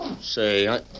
Say